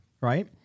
Right